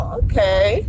okay